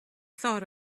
thought